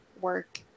work